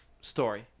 story